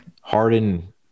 Harden